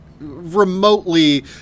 remotely